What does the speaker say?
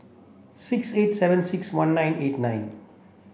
six eight seven six one nine eight nine